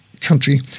country